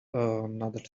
another